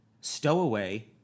Stowaway